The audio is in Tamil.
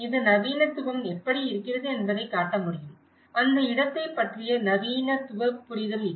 இது நவீனத்துவம் எப்படி இருக்கிறது என்பதைக் காட்ட முடியும் அந்த இடத்தைப் பற்றிய நவீனத்துவ புரிதல் இது